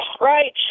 right